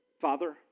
Father